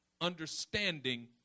Understanding